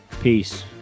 Peace